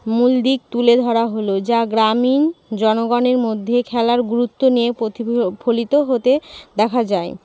মূল দিক তুলে ধরা হল যা গ্রামীণ জনগণের মধ্যে খেলার গুরুত্ব নিয়ে প্রতিফলিত হতে দেখা যায়